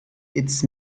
its